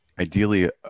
ideally